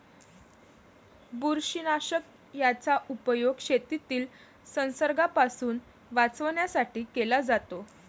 बुरशीनाशक याचा उपयोग शेतीला संसर्गापासून वाचवण्यासाठी केला जातो